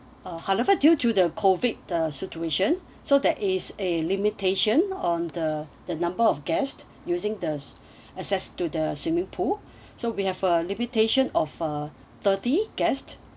uh however due to the COVID uh situation so there is a limitation on the the number of guest using the assess to the swimming pool so we have a limitation of uh thirty guest